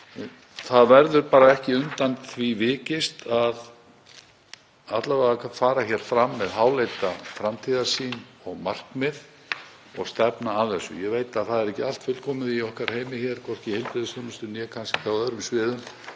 Það verður ekki undan því vikist að fara hér fram með háleita framtíðarsýn og markmið og stefna að þessu. Ég veit að það er ekki allt fullkomið í okkar heimi, hvorki í heilbrigðisþjónustu né á öðrum sviðum,